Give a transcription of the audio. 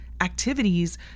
activities